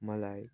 मलाई